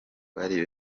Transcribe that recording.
bari